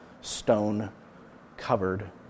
stone-covered